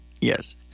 Yes